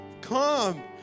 Come